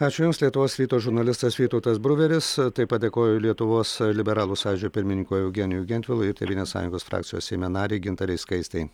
ačiū jums lietuvos ryto žurnalistas vytautas bruveris taip pat dėkoju lietuvos liberalų sąjūdžio pirmininkui eugenijui gentvilui ir tėvynės sąjungos frakcijos seime narei gintarei skaistei